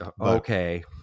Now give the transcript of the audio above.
Okay